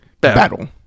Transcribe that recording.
Battle